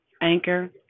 Anchor